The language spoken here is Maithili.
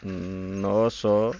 नओ सओ